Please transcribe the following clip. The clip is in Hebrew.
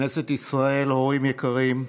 הורים יקרים,